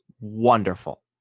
wonderful